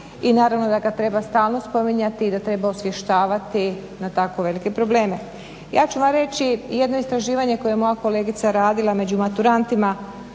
i naravno da ga treba stalno spominjati i da treba osvještavati na tako velike probleme. Ja ću vam reći, jedno istraživanje koje je moja kolegica radila među maturantima,